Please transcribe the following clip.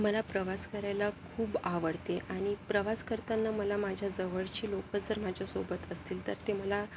मला प्रवास करायला खूप आवडते आणि प्रवास करताना मला माझ्या जवळची लोक जर माझ्यासोबत असतील तर ते मला